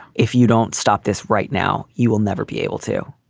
if you don't stop this right now, you will never be able to.